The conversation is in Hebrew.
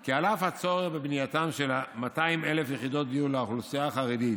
כי על אף הצורך בבנייתן של 200,000 יחידות דיור לאוכלוסייה החרדית